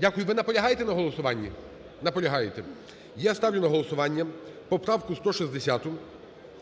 Дякую. Ви наполягаєте на голосуванні? Наполягаєте. Я ставлю на голосування поправку 160.